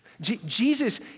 Jesus